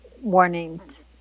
warnings